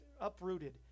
uprooted